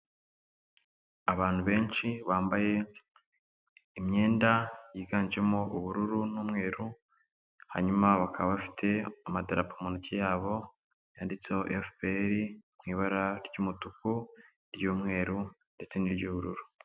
Abantu benshi bambaye imyenda yiganjemo ubururu n'umweru, hanyuma bakaba bafite amadarapo mu ntoki yabo yanditseho FPR mu ibara ry'umutuku, iry'umweru ndetse n'iry'ubururu.